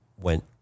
went